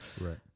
Right